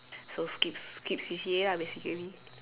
so skip skip C_C_A lah basically